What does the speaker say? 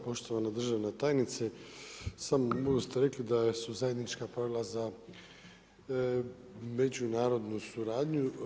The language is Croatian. Poštovana državna tajnice, u samom uvodu ste rekli da su zajednička pravila za međunarodnu suradnju.